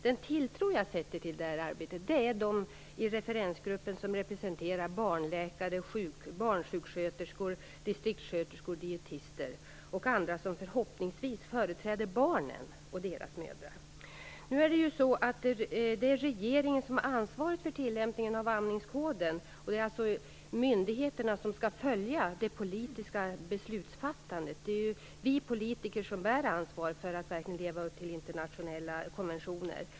Den tilltro jag sätter till det här arbetet är till dem i referensgruppen som representerar barn - barnläkare, barnsjuksköterskor, distriktsköterskor, dietister och andra som förhoppningsvis företräder barnen och deras mödrar. Det är regeringen som har ansvaret för tillämpningen av amningskoden. Det är alltså myndigheterna som skall följa de politiska besluten. Det är vi politiker som bär ansvaret för att verkligen leva upp till internationella konventioner.